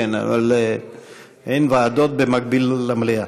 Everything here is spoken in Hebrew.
אבל אין ועדות במקביל למליאה.